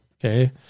okay